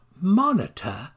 monitor